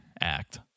act